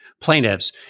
plaintiffs